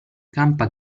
campa